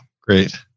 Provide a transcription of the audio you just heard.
great